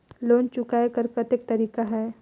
Loan चुकाय कर कतेक तरीका है?